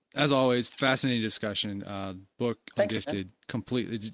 as always fascinating discussion book like ungifted, completely,